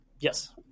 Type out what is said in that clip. Yes